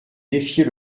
défier